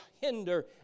hinder